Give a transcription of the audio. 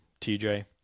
TJ